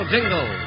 Jingle